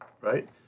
right